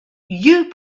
you